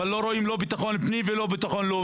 אבל היום לא רואים לא ביטחון ולא לאומי.